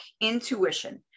intuition